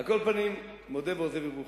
על כל פנים, מודה ועוזב ירוחם.